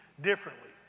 differently